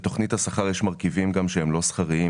בתוכנית השכר יש מרכיבים גם שהם לא שכריים,